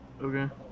Okay